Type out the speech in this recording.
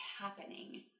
happening